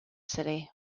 city